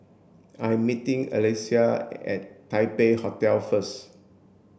I'm meeting Allyssa at Taipei Hotel first